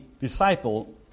disciple